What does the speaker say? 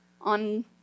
on